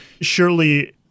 surely